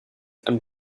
and